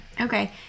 Okay